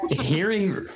Hearing